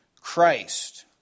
Christ